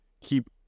keep